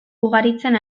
ugaritzen